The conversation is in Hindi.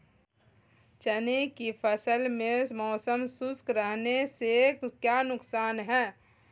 चने की फसल में मौसम शुष्क रहने से क्या नुकसान है?